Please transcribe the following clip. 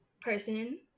person